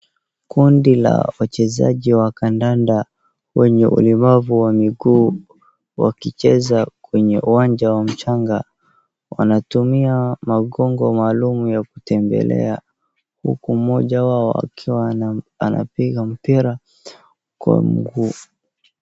Kundi la wachezaji wa kandanda wenye ulemavu wa miguu wakicheza kwenye uwanja wa mchanga. Wanatumia magongo maalumu ya kutembelea huku mmoja wao akiwa anapiga mpira kwa mguu.